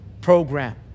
program